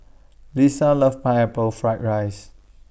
Liza loves Pineapple Fried Rice